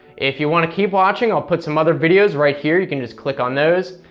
if you want to keep watching, i'll put some other videos right here you can just click on those.